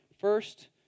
First